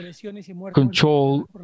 control